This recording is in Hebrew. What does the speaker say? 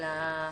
אני